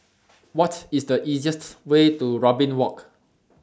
What IS The easiest Way to Robin Walk